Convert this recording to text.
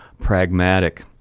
pragmatic